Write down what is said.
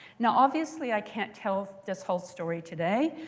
now obviously i can't tell this whole story today.